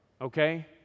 okay